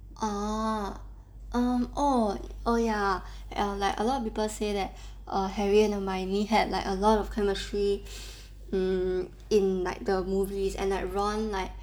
oh oh oh err ya like a lot of people say that err harry and hermione had like a lot of chemistry um in the movies and that ron like